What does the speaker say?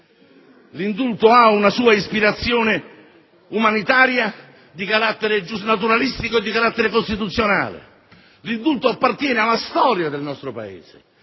L'indulto ha una sua ispirazione umanitaria di carattere giusnaturalistico e di carattere costituzionale. L'indulto appartiene alla storia del nostro Paese